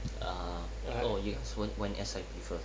ah oh you guys went went S_I_P first